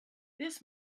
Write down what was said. this